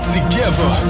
Together